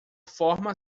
forma